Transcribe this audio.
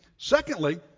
Secondly